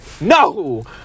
No